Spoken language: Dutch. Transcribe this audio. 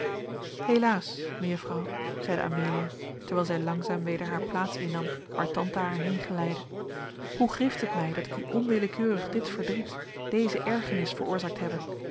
helaas mejuffrouw zeide amelia terwijl zij langzaam weder haar plaats innam waar tante haar heen geleidde hoe grieft het mij dat ik u onwillekeurig dit verdriet deze ergernis veroorzaakt hebbe